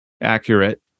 accurate